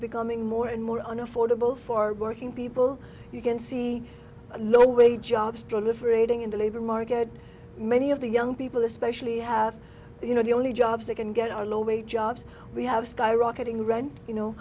becoming more and more an affordable for working people you can see a low wage jobs proliferating in the labor market many of the young people especially have you know the only jobs they can get are low wage jobs we have skyrocketing rent you know